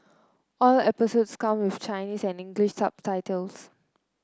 all episodes come with Chinese and English subtitles